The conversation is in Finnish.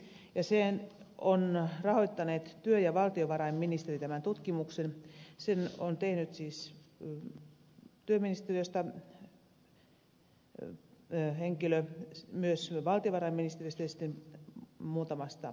tämän tutkimuksen ovat rahoittaneet työ ja valtiovarainministeriö ja sen on tehnyt henkilöt työministeriöstä valtiovarainministeriöstä ja muutamasta yrityksestä